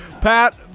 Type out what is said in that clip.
Pat